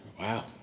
Wow